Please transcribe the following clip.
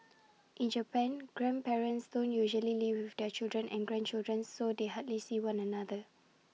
in Japan grandparents don't usually live with their children and grandchildren so they hardly see one another